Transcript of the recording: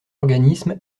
organisme